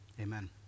Amen